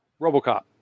RoboCop